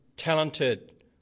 talented